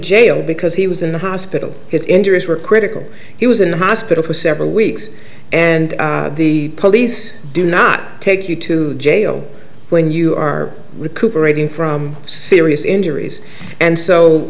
jail because he was in the hospital his injuries were critical he was in the hospital for several weeks and the police do not take you to jail when you are recuperating from serious injuries and so